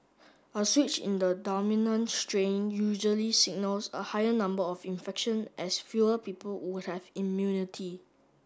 a switch in the dominant strain usually signals a higher number of infection as fewer people would have immunity